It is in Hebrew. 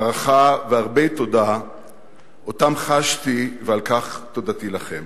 הערכה והרבה תודה שאותן חשתי, ועל כך תודתי לכם.